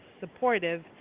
supportive